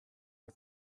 are